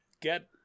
get